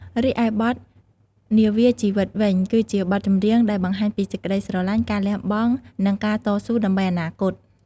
រីឯបទ នាវាជីវិត វិញ គឺជាបទចម្រៀងដែលបង្ហាញពីសេចក្តីស្រឡាញ់ ការលះបង់ និងការតស៊ូដើម្បីអនាគត។